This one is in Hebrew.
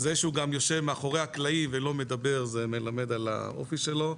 זה שהוא גם יושב מאחרי הקלעים ולא מדבר זה מלמד על האופי שלו.